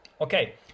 Okay